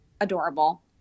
adorable